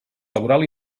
laboral